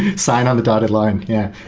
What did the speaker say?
sign on the dotted line. yeah